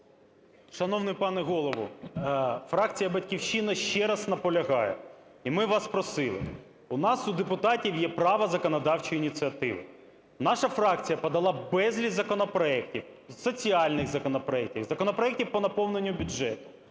Шановний пане Голово, фракція "Батьківщина" ще раз наполягає, і ми вас просили, у нас, у депутатів, є право законодавчої ініціативи. Наша фракція подала безліч законопроектів – соціальних законопроектів, законопроектів по наповненню бюджету,